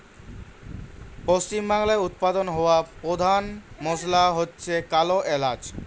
পশ্চিমবাংলায় উৎপাদন হওয়া পোধান মশলা হচ্ছে কালো এলাচ